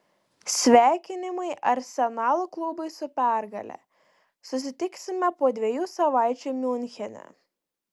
sveikinimai arsenal klubui su pergale susitiksime po dviejų savaičių miunchene